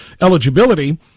eligibility